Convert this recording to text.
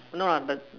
no ah but